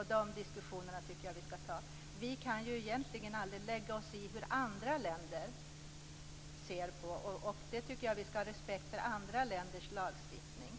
är den diskussionen som jag tycker att vi ska föra. Vi kan egentligen aldrig lägga oss i andra länders synpunkter, och jag tycker att vi ska ha respekt för andra länders lagstiftning.